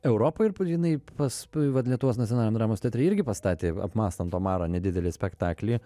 europoj ir jinai pas vat lietuvos nacionaliniam dramos teatre irgi pastatė apmąstant omarą nedidelį spektaklį